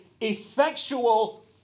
effectual